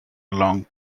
along